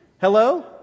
hello